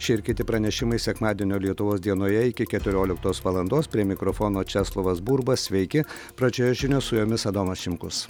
šie ir kiti pranešimai sekmadienio lietuvos dienoje iki keturioliktos valandos prie mikrofono česlovas burba sveiki pradžioje žinios su jumis adomas šimkus